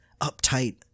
uptight